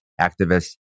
activists